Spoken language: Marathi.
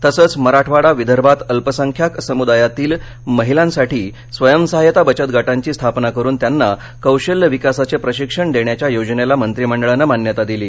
तसंच मराठवाडा विदर्भात अल्पसंख्याक समुदायातील महिलांसाठी स्वयंसहाय्यता बचतगटांची स्थापना करुन त्यांना कौशल्य विकासाचे प्रशिक्षण देण्याच्या योजनेला मंत्रिमंडळानं मान्यता दिली